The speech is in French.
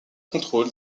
contrôle